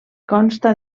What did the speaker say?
consta